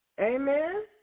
Amen